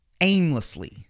aimlessly